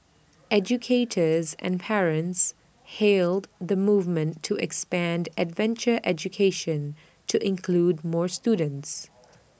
educators and parents hailed the movement to expand adventure education to include more students